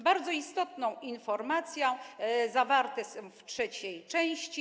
Bardzo istotne informacje zawarte są w trzeciej części.